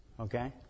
Okay